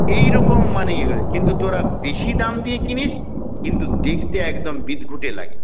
এইরকম মানে ইয়ে কিন্তু তোরা বেশি দাম দিয়ে কিনিস কিন্তু দেখতে একদম বিদঘুটে লাগে